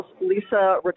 Lisa